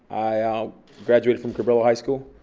i graduated from cabrillo high school.